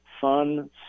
fun